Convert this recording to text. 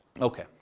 Okay